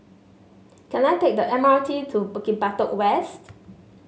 can I take the M R T to Bukit Batok West